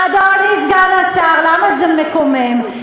אדוני סגן השר, למה זה מקומם?